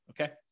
Okay